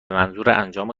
منظورانجام